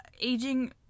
aging